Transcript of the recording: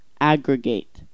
aggregate